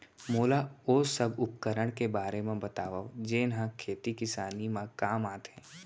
मोला ओ सब उपकरण के बारे म बतावव जेन ह खेती किसानी म काम आथे?